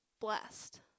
blessed